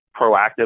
proactive